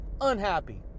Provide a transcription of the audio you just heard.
unhappy